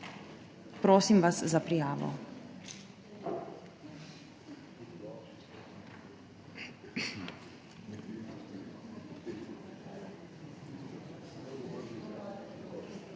Prosim vas za prijavo.